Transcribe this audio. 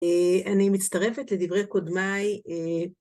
אני מצטרפת לדברי קודמיי.